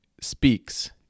speaks